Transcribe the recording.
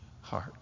heart